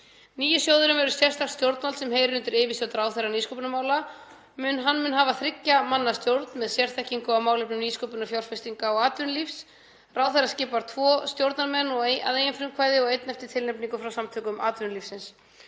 Nýi sjóðurinn verður sérstakt stjórnvald sem heyrir undir yfirstjórn ráðherra nýsköpunarmála. Hann mun hafa þriggja manna stjórn með sérþekkingu á málefnum nýsköpunar, fjárfestinga og atvinnulífs. Ráðherra skipar tvo stjórnarmenn að eigin frumkvæði og einn eftir tilnefningu frá Samtökum atvinnulífsins.